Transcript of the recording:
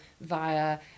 via